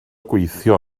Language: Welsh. gweithio